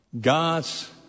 God's